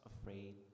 afraid